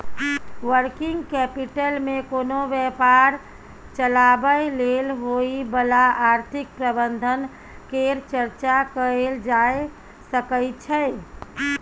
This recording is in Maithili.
वर्किंग कैपिटल मे कोनो व्यापार चलाबय लेल होइ बला आर्थिक प्रबंधन केर चर्चा कएल जाए सकइ छै